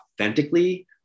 authentically